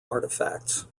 artifacts